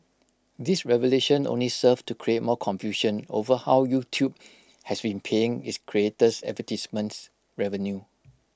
this revelation only served to create more confusion over how YouTube has been paying its creators advertisements revenue